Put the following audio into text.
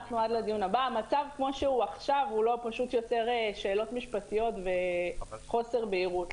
המצב כמו שהוא עכשיו פשוט יוצר שאלות משפטיות וחוסר בהירות,